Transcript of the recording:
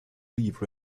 leave